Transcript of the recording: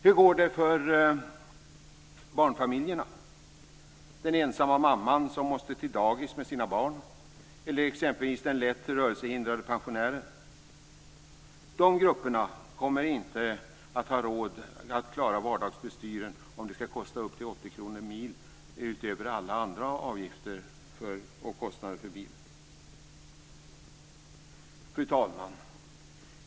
Hur går det för barnfamiljerna? Hur går det för den ensamma mamman som måste till dagis med sina barn eller exempelvis den lätt rörelsehindrade pensionären? De grupperna kommer inte att ha råd att klara vardagsbestyren om det ska kosta upp till 80 kr/mil utöver alla andra avgifter och kostnader för bilen. Fru talman!